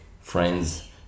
friends